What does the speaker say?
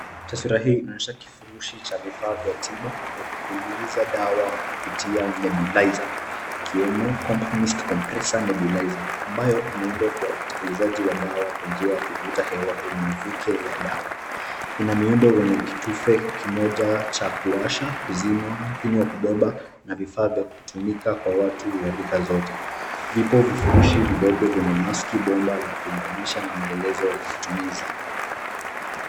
Taswira hii inaonyesha kifurushi cha vifaa vya tiba vya kupuliza dawa kupitia nebulizer , kikiwemo CompMist compressor nebulizer , ambayo imeundwa kwa utekelezaji wa dawa kwa njia ya kuvuta hewa yenye mifuke ya dawa. Ina miundo yenye kitufe kimoja cha kuwasha, kuzima, mpini wa kubeba na vifaa vya kutumika kwa watu wa rika zote. Vipo vifurushi vidogo vyenye maski, bomba la kuunganisha na maelezo ya utumizi.